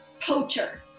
poacher